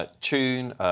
tune